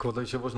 כבוד היושב-ראש,